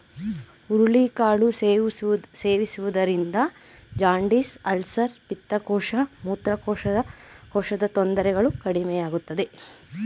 ಹುರುಳಿ ಕಾಳು ಸೇವಿಸುವುದರಿಂದ ಜಾಂಡಿಸ್, ಅಲ್ಸರ್, ಪಿತ್ತಕೋಶ, ಮೂತ್ರಕೋಶದ ತೊಂದರೆಗಳು ಕಡಿಮೆಯಾಗುತ್ತದೆ